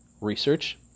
Research